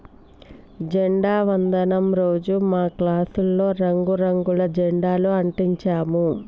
జెండా వందనం రోజు మా క్లాసులో రంగు రంగుల జెండాలు అంటించాము